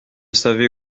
savait